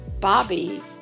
Bobby